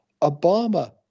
Obama